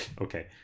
Okay